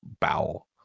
bowel